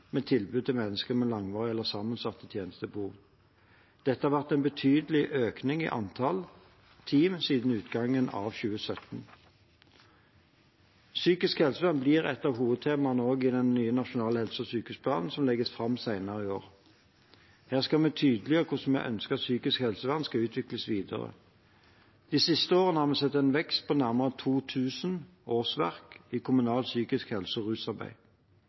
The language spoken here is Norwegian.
med langvarige og/eller sammensatte tjenestebehov. Det har vært en betydelig økning i antall team siden utgangen av 2017. Psykisk helsevern blir også et av hovedtemaene i den nye Nasjonal helse- og sykehusplan som legges fram senere i år. Her skal vi tydeliggjøre hvordan vi ønsker at psykisk helsevern skal utvikles videre. De siste årene har vi sett en vekst på nærmere 2 000 årsverk i kommunalt psykisk helse- og rusarbeid.